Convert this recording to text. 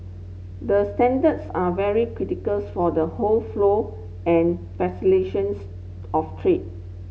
the standards are very critical for the whole flow and of trade